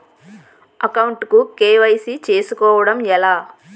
Account కు KYC చేసుకోవడం ఎలా?